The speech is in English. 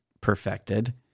perfected